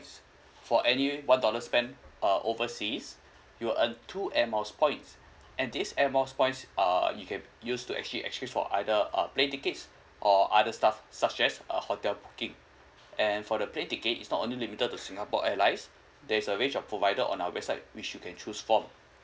for any one dollar spent uh overseas you'll earn two air miles points and this air miles points uh you can use to actually exchange for either uh plane tickets or other stuff such as uh hotel booking and for the plane tickets it's not only limited to singapore airlines there's a range of provider on our website which you can choose from